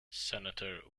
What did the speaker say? senator